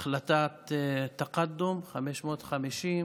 החלטת תקדום, 550,